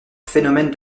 phénomène